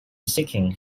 seeking